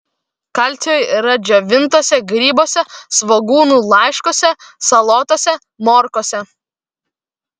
kalcio yra džiovintuose grybuose svogūnų laiškuose salotose morkose